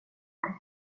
här